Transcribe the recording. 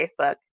facebook